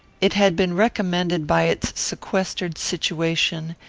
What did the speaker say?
it had been recommended by its sequestered situation,